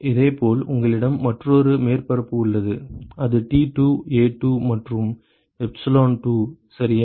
இதேபோல் உங்களிடம் மற்றொரு மேற்பரப்பு உள்ளது அது T2 A2 மற்றும் எப்சிலோன் 2 சரியா